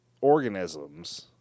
organisms